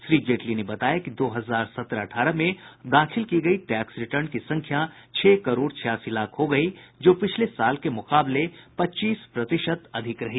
श्री जेटली ने बताया कि दो हजार सत्रह अठारह में दाखिल की गयी टैक्स रिटर्न की संख्या छह करोड़ छियासी लाख हो गयी जो पिछले साल के मुकाबले पच्चीस प्रतिशत अधिक रही